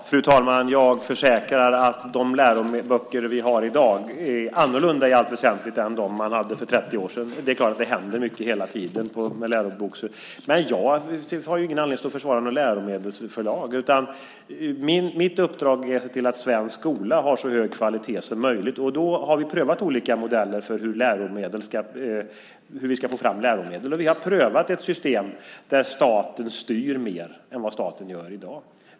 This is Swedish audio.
Fru talman! Jag försäkrar att de läroböcker som vi har i dag är annorlunda i allt väsentligt än de läroböcker som man hade för 30 år sedan. Det är klart att det händer mycket hela tiden med läroböckerna. Men jag har ingen anledning att stå och försvara något läromedelsförlag, utan mitt uppdrag är att se till att svensk skola har så hög kvalitet som möjligt. Och då har vi prövat olika modeller för hur vi ska få fram läromedel. Och vi har prövat ett system där staten styr mer än vad staten gör i dag.